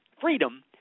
freedom